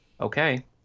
Okay